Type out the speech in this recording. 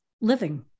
living